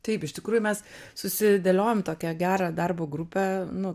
taip iš tikrųjų mes susidėliojom tokią gerą darbo grupę nu